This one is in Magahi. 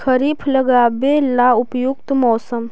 खरिफ लगाबे ला उपयुकत मौसम?